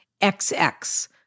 XX